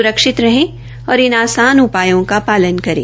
स्रक्षित रहें और इन आसान उपायों का पालन करें